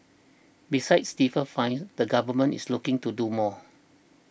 besides stiffer fines the Government is looking to do more